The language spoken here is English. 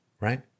right